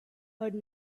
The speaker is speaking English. heard